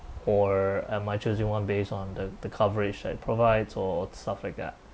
or am I choosing one based on the the coverage that provides or stuff like that